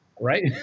right